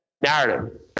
narrative